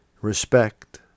respect